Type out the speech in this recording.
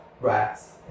rats